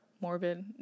morbid